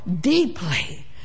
deeply